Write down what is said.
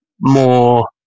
more